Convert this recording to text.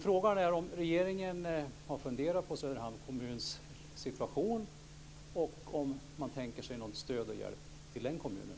Frågan är om regeringen har funderat över Söderhamns kommuns situation och om man tänker sig något stöd och någon hjälp till kommunen.